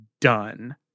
done